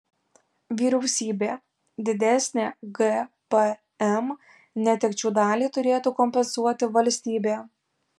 vyriausybė didesnę gpm netekčių dalį turėtų kompensuoti valstybė